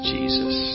Jesus